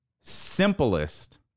simplest